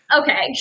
okay